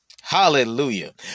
Hallelujah